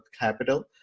Capital